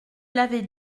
l’avez